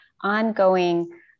ongoing